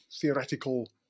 theoretical